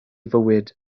fywyd